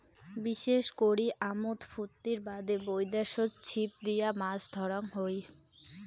বিশেষ করি আমোদ ফুর্তির বাদে বৈদ্যাশত ছিপ দিয়া মাছ ধরাং হই